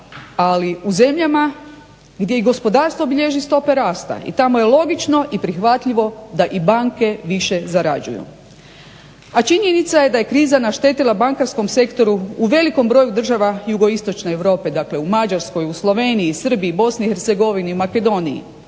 ali u zemljama gdje i gospodarstvo bilježi stope rasta i tamo je logično i prihvatljivo da i banke više zarađuju. A činjenica je da je kriza naštetila bankarskom sektoru u velikom broju država JI Europe, dakle u Mađarskoj, u Sloveniji, Srbiji, BiH, Makedoniji,